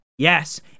Yes